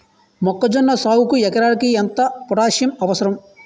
మొక్కజొన్న సాగుకు ఎకరానికి ఎంత పోటాస్సియం అవసరం?